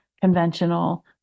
conventional